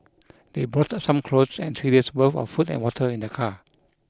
they brought some clothes and three days' worth of food and water in their car